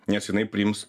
nes jinai priims